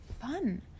fun